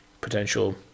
potential